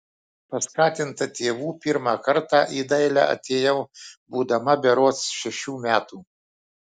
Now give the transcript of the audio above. paskatinta tėvų pirmą kartą į dailę atėjau būdama berods šešių metų